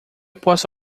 posso